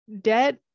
debt